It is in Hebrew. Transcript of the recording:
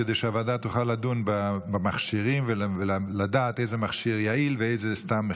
כדי שהוועדה תוכל לדון במכשירים ולדעת איזה מכשיר יעיל ואיזה סתם,